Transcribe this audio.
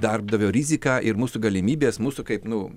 darbdavio riziką ir mūsų galimybes mūsų kaip nu